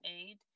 aid